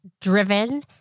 driven